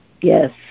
Yes